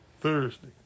Thursday